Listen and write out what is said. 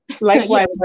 Likewise